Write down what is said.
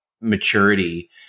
maturity